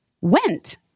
went